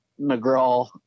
McGraw